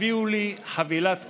הביאו לי חבילת קנים.